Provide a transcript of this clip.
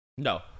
No